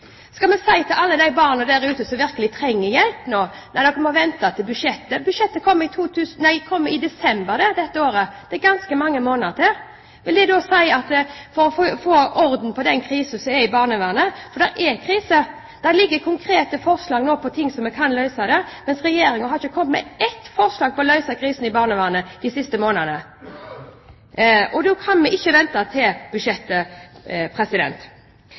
Skal vi si til alle de barna der ute som virkelig trenger hjelp, at de må vente til budsjettet kommer – budsjettet kommer i desember, og det er det ganske mange måneder til – for å få orden på den krisen som er i barnevernet? For det er krise, og det ligger konkrete forslag her om hvordan vi kan løse den. Regjeringen, derimot, har ikke kommet med ett forslag de siste månedene om hvordan vi kan løse krisen i barnevernet. Og vi kan ikke vente til budsjettet